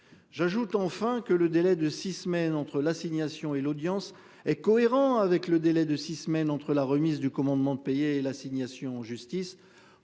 J'ajoute enfin que le délai de six semaines entre l'assignation et l'audience est cohérent avec le délai de six semaines entre la remise du commandement de payer et l'assignation en justice